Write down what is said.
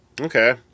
okay